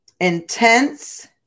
Intense